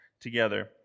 together